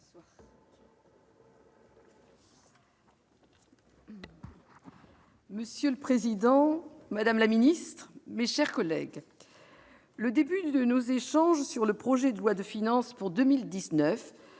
Monsieur le président, madame la ministre, mes chers collègues, le début de nos échanges sur le projet de loi de finances pour 2019